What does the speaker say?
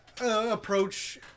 approach